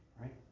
Right